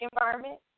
environment